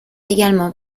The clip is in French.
également